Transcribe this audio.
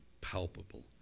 palpable